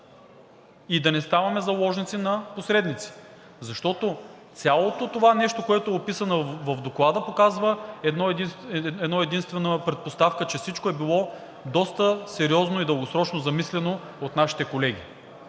и да не ставаме заложници на посредници, защото цялото това нещо, което е описано в Доклада, показва една-единствена предпоставка, че всичко е било доста сериозно и дългосрочно замислено от нашите колеги